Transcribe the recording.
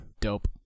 dope